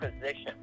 Position